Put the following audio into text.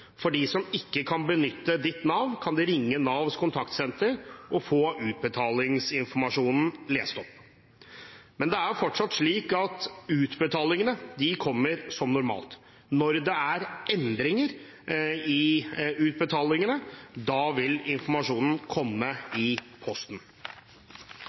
kan ringe Nav Kontaktsenter og få utbetalingsinformasjonen lest opp. Men det er fortsatt slik at utbetalingene kommer som normalt. Når det er endringer i utbetalingene, vil informasjonen komme